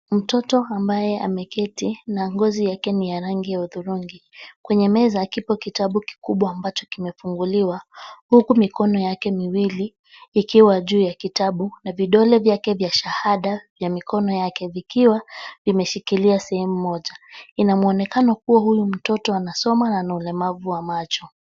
Mtoto ambaye ameketi na ngozi yake ni rangi ya hudhurungi . Kwenye meza kipo kitabu kubwa ambacho kimefunguliwa huku mikono yake miwili ikiwa juu ya kitabu na vidole vyake vya shahada ya mikono yake vikiwa vimeshikilia sehemu moja. Inamwonekano kuwa huyu mtoto anasoma na ana ulemavu wa macho.